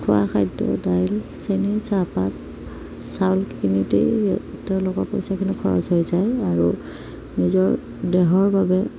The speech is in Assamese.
খোৱা খাদ্য দাইল চেনি চাহপাত চাউল কিনোতেই তেওঁলোকৰ পইচাখিনি খৰচ হৈ যায় আৰু নিজৰ দেহৰ বাবে